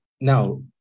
Now